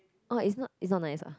orh it's not it's not nice ah